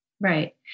right